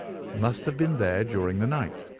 must have been there during the night.